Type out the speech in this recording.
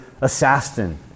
assassin